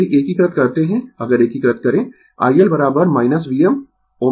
यदि एकीकृत करते है अगर एकीकृत करें iL Vmω L cosω t मिलेगा